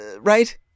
Right